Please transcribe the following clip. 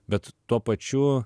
bet tuo pačiu